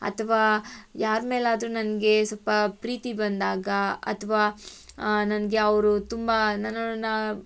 ಅಥ್ವಾ ಯಾರ ಮೇಲಾದರೂ ನನಗೆ ಸ್ವಲ್ಪ ಪ್ರೀತಿ ಬಂದಾಗ ಅಥ್ವಾ ನನಗೆ ಅವರು ತುಂಬ ನನ್ನನ್ನು